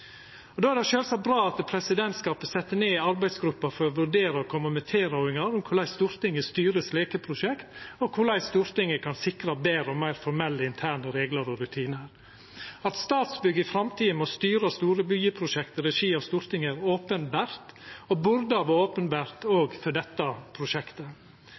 sjølvsagt bra at presidentskapet har sett ned ei arbeidsgruppe for å vurdera og koma med tilrådingar om korleis Stortinget styrer slike prosjekt, og korleis Stortinget kan sikra betre og meir formelle interne reglar og rutinar. At Statsbygg i framtida må styra store byggjeprosjekt i regi av Stortinget, er openbert – og burde ha vore openbert òg for dette prosjektet.